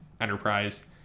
Enterprise